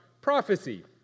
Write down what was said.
prophecy